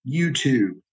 YouTube